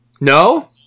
No